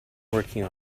working